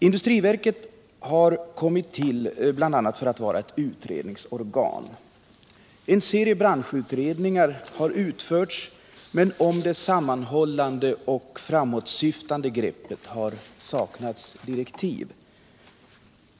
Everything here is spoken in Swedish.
Industriverket har kommit till bl.a. för att vara ett utredningsorgan. En serie branschutredningar har utförts, men om det sammanhållande och framåtsyftande greppet har direktiv saknats.